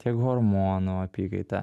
tiek hormonų apykaitą